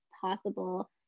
possible